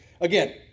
again